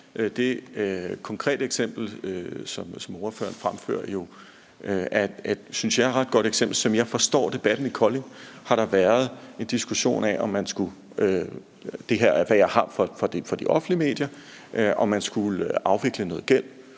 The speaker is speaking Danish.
det konkrete eksempel, som ordføreren fremfører, jo er et, synes jeg, ret godt eksempel. Som jeg forstår debatten i Kolding, har der været en diskussion af – det her er, hvad jeg har fra de offentlige medier – om man skulle afvikle noget gæld,